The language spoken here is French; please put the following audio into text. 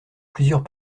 plusieurs